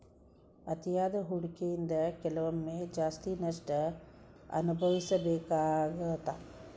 ಅತಿಯಾದ ಹೂಡಕಿಯಿಂದ ಕೆಲವೊಮ್ಮೆ ಜಾಸ್ತಿ ನಷ್ಟ ಅನಭವಿಸಬೇಕಾಗತ್ತಾ